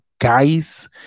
guys